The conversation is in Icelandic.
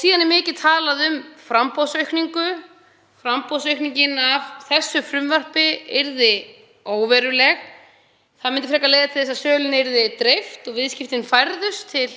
Síðan er mikið talað um framboðsaukningu. Framboðsaukningin af þessu frumvarpi yrði óveruleg. Það myndi frekar leiða til þess að sölunni yrði dreift og viðskiptin færðust til